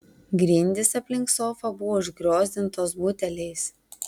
grindys aplink sofą buvo užgriozdotos buteliais